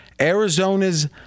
Arizona's